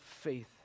faith